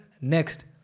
next